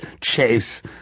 Chase